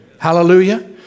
Hallelujah